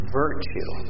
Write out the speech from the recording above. virtue